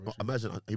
Imagine